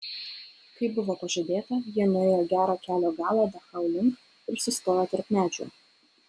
kaip buvo pažadėta jie nuėjo gerą kelio galą dachau link ir sustojo tarp medžių